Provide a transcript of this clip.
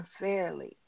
unfairly